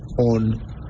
on